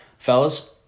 Fellas